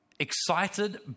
excited